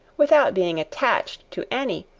without being attached to any,